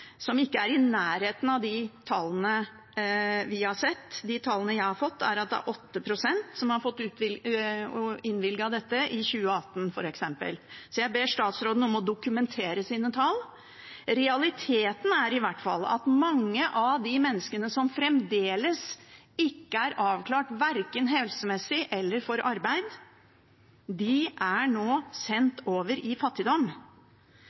som hadde fått unntak, som ikke er i nærheten av de tallene vi har sett. De tallene jeg har fått, viser at det er 8 pst. som fikk innvilget dette i 2018, f.eks. Så jeg ber statsråden om å dokumentere sine tall. Realiteten er i hvert fall at mange av de menneskene som fremdeles ikke er avklart, verken helsemessig eller for arbeid, nå er sendt over i fattigdom.